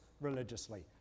religiously